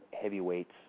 heavyweights